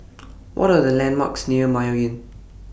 What Are The landmarks near Mayo Inn